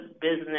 business